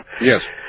Yes